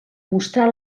mostrà